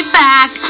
back